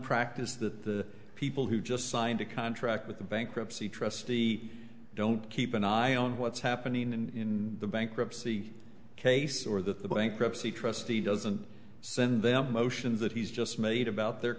practice that the people who just signed a contract with the bankruptcy trustee don't keep an eye on what's happening in the bankruptcy case or the bankruptcy trustee doesn't send them motions that he's just made about their